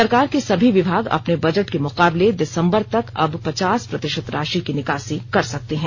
सरकार के सभी विभाग अपने बजट के मुकाबले दिसंबर तक अब पचास प्रतिशत राशि की निकासी कर सकते हैं